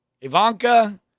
Ivanka